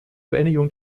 beendigung